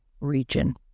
region